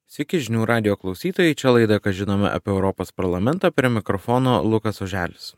sveiki žinių radijo klausytojai čia laida ką žinome apie europos parlamentą prie mikrofono lukas oželis